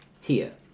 Tia